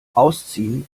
ausziehen